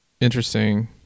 interesting